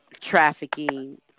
trafficking